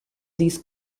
these